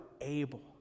able